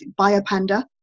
BioPanda